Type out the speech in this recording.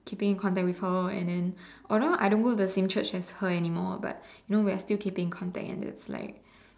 keeping in contact with her and then although I don't go to the same Church as her anymore but you know we are still keeping contact and it's like